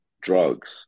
drugs